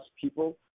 people